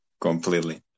completely